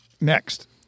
Next